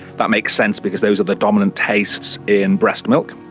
that make sense because those are the dominant tastes in breast milk,